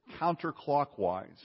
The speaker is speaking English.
counterclockwise